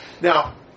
Now